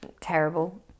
terrible